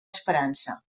esperança